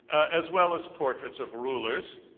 as well as portraits of rulers,